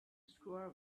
square